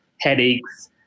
headaches